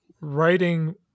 writing